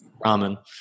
ramen